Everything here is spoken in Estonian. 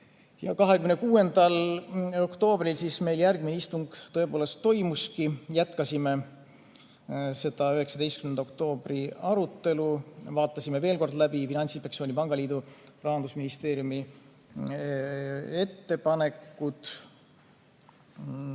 26. oktoobril meil järgmine istung toimuski. Jätkasime 19. oktoobri arutelu, vaatasime veel kord läbi Finantsinspektsiooni, pangaliidu ja Rahandusministeeriumi ettepanekud.